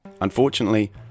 Unfortunately